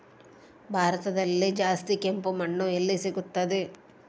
ಭಾರತದಲ್ಲಿ ಜಾಸ್ತಿ ಕೆಂಪು ಮಣ್ಣು ಎಲ್ಲಿ ಸಿಗುತ್ತದೆ?